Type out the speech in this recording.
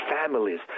families